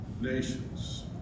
nations